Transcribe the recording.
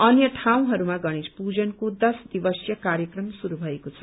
अन्य ठाउँहरूमा गणेश पूजनको दस दिवसीय कार्यक्रम शुरू भएको छ